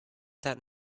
that